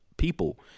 people